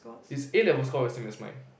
his A level score is same as mine